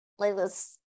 playlist